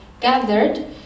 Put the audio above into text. gathered